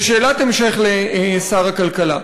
ושאלת המשך לשר הכלכלה,